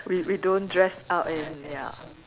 we we don't dress up and ya